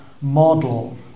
model